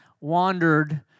wandered